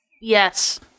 Yes